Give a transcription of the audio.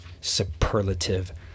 superlative